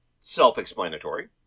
self-explanatory